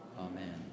amen